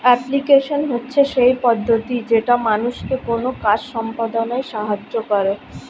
application হচ্ছে সেই পদ্ধতি যেটা মানুষকে কোনো কাজ সম্পদনায় সাহায্য করে